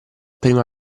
prima